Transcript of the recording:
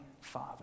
Father